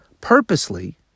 purposely